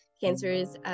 cancers